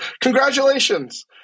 Congratulations